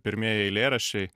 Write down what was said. pirmieji eilėraščiai